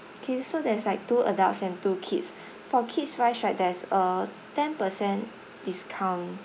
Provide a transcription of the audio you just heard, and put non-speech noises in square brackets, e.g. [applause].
okay so there's like two adults and two kids [breath] for kids wise right there's a ten per cent discount